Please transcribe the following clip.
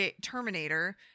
Terminator